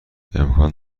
امکان